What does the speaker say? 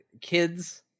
kids